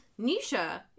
Nisha